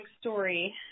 story